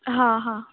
हां हां